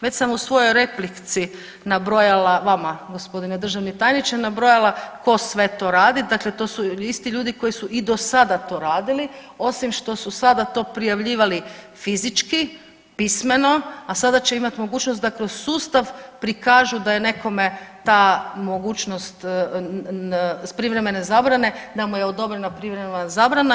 Već sam u svojoj replici nabrojala vama gospodine državni tajniče nabrojala tko sve to radi, dakle to su isti ljudi koji su i do sada to radili osim što su sada to prijavljivali fizički, pismeno a sada će imati mogućnost da kroz sustav prikažu da je nekome ta mogućnost privremene zabrane da mu je odobrena privremena zabrana.